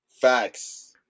facts